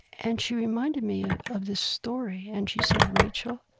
and she reminded me of this story. and she said, rachel,